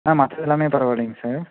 ஆமாம் சார் எல்லாமே பரவால்லைங்க சார்